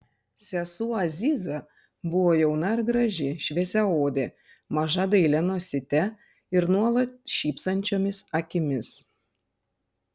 sesuo aziza buvo jauna ir graži šviesiaodė maža dailia nosyte ir nuolat šypsančiomis akimis